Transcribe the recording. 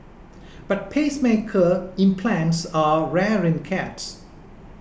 but pacemaker implants are rare in cats